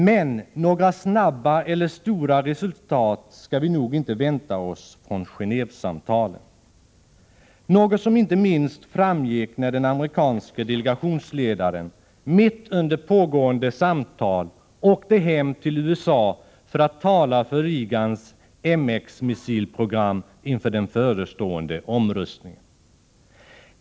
Men några snabba eller stora resultat skall vi nog inte vänta oss från Gen&vesamtalen; något som inte minst framgick när den amerikanske delegationsledaren, mitt under pågående samtal, åkte hem till USA för att tala för Reagans MX-missilprogram inför den förestående omröstningen.